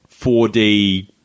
4D